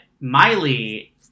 Miley